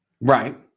right